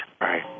Right